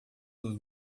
dos